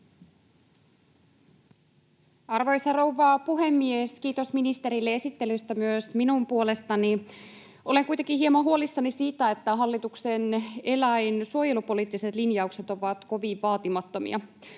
Arvoisa rouva puhemies! Kiitos ministerille esittelystä myös minun puolestani. Olen kuitenkin hieman huolissani siitä, että hallituksen eläinsuojelupoliittiset linjaukset ovat kovin vaatimattomia.